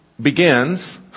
begins